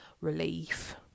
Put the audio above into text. relief